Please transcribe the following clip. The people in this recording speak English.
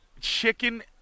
chicken